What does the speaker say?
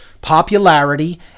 popularity